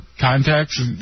contacts